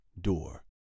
door